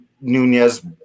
Nunez